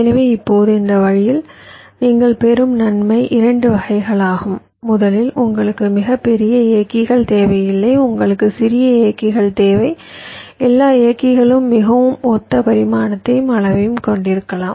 எனவே இப்போது இந்த வழியில் நீங்கள் பெறும் நன்மை 2 வகைகளாகும் முதலில் உங்களுக்கு மிகப் பெரிய இயக்கிகள் தேவையில்லை உங்களுக்கு சிறிய இயக்கிகள் தேவை எல்லா இயக்கிகளும் மிகவும் ஒத்த பரிமாணத்தையும் அளவையும் கொண்டிருக்கலாம்